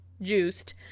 juiced